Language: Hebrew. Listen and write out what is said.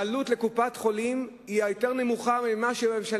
והעלות לקופת-החולים היא יותר קטנה מההשתתפות